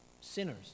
sinners